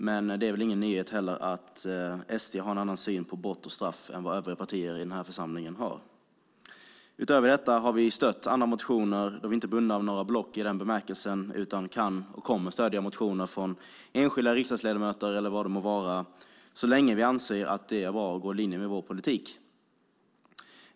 Men det är väl heller ingen nyhet att SD har en annan syn på brott och straff än övriga partier i den här församlingen. Utöver detta har vi stött andra motioner, då vi inte är bundna av något block utan kan och kommer att stödja motioner från enskilda riksdagsledamöter eller vad det må vara så länge vi anser att de är i linje med vår politik.